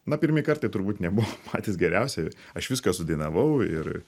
na pirmi kartai turbūt nebuvo patys geriausi aš viską sudainavau ir